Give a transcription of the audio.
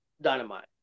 Dynamite